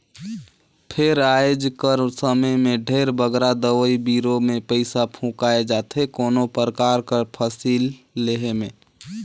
फेर आएज कर समे में ढेरे बगरा दवई बीरो में पइसा फूंकाए जाथे कोनो परकार कर फसिल लेहे में